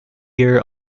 year